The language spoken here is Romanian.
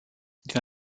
din